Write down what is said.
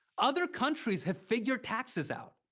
other countries have figured taxes out.